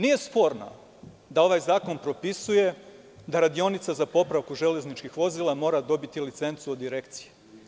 Nije sporno da ovaj zakon propisuje da radionica za popravku železničkih vozila mora dobiti licencu od direkcije.